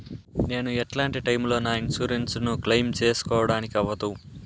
నేను ఎట్లాంటి టైములో నా ఇన్సూరెన్సు ను క్లెయిమ్ సేసుకోవడానికి అవ్వదు?